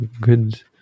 good